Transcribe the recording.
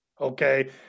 okay